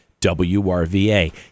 WRVA